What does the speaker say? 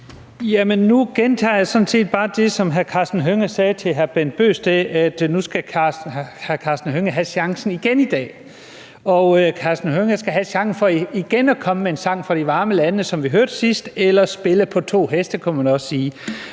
set bare det, som hr. Karsten Hønge sagde til hr. Bent Bøgsted – nu skal hr. Karsten Hønge have chancen igen i dag, nemlig chancen for igen at komme med en sang fra de varme lande, som vi hørte sidst, eller spille på to heste, kunne man også sige.